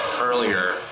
earlier